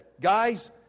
guys